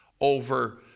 over